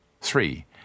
Three